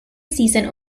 season